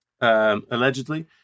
Allegedly